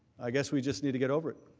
i guess we just need to get over it.